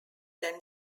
than